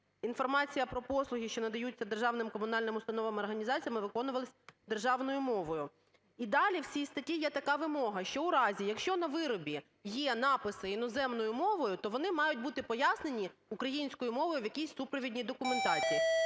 інформація про послуги, що надаються державними комунальними установами та організаціями, виконувалися державною мовою. І далі в цій статті є така вимога, що у разі, якщо на виробі є написи іноземною мовою, то вони мають бути пояснені українською мовою у якійсь супровідній документації.